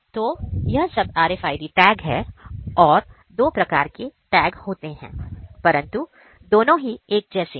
तो यह सब RFID टैग है और 2 प्रकार के टैग होते हैं परंतु दोनों ही एक जैसे हैं